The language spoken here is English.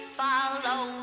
follow